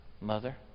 mother